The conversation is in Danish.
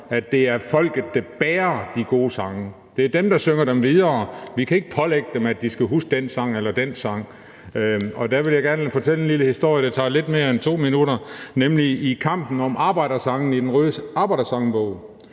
at det er folket, der bærer de gode sange; det er dem, der synger dem videre. Vi kan ikke pålægge dem, at de skal huske den sang eller den sang. Der vil jeg gerne fortælle en lille historie, der tager lidt mere end 2 minutter, nemlig om kampen om arbejdersangene i den røde arbejdersangbog.